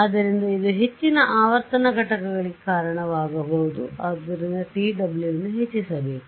ಆದ್ದರಿಂದ ಇದು ಹೆಚ್ಚಿನ ಆವರ್ತನ ಘಟಕಗಳಿಗೆ ಕಾರಣವಾಗಬಹುದು ಆದುದರಿಂದ tw ಯನ್ನು ಹೆಚ್ಚಿಸಬೇಕು